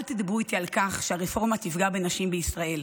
אל תדברו איתי על כך שהרפורמה תפגע בנשים בישראל.